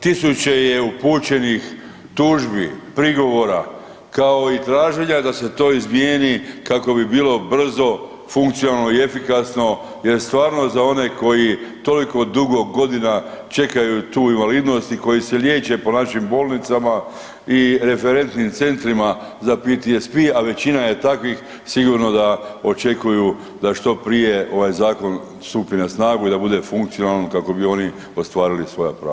Tisuće je upućenih tužbi, prigovora kao i traženja da se to izmjeni kako bi bilo brzo, funkcionalno i efikasno jer stvarno za one koji toliko dugo godina čekaju tu invalidnost i koji se liječe po našim bolnicama i referentnim centrima za PTSP a većina je takvih, sigurno da očekuju da što prije ovaj zakon stupi na snagu i da bude funkcionalan kako bi oni ostvarili svoja prava.